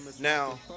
now